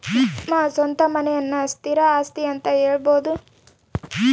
ನಮ್ಮ ಸ್ವಂತ ಮನೆಯನ್ನ ಸ್ಥಿರ ಆಸ್ತಿ ಅಂತ ಹೇಳಬೋದು